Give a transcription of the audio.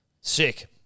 Sick